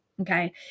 Okay